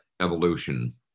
evolution